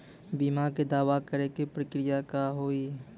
बीमा के दावा करे के प्रक्रिया का हाव हई?